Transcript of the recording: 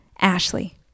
Ashley